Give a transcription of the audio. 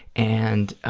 and